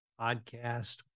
podcast